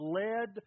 led